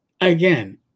Again